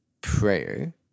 prayer